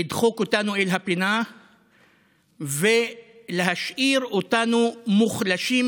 לדחוק אותנו אל הפינה ולהשאיר אותנו מוחלשים,